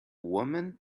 woman